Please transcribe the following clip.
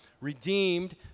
redeemed